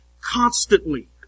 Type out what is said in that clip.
constantly